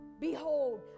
Behold